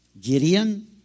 Gideon